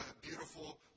beautiful